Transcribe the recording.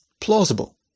plausible